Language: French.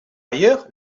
ailleurs